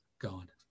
God